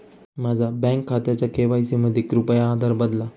माझ्या बँक खात्याचा के.वाय.सी मध्ये कृपया आधार बदला